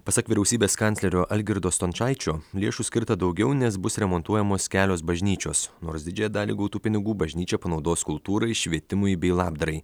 pasak vyriausybės kanclerio algirdo stončaičio lėšų skirta daugiau nes bus remontuojamos kelios bažnyčios nors didžiąją dalį gautų pinigų bažnyčia panaudos kultūrai švietimui bei labdarai